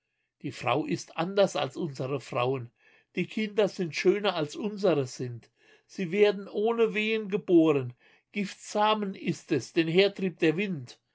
die frau ist anders als unsere frauen die kinder sind schöner als unsere sind sie werden ohne wehen geboren giftsamen ist es den hertrieb der wind